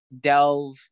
delve